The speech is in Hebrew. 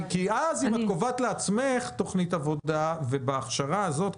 כי אז אם את קובעת לעצמך תכנית עבודה ובהכשרה הזאת,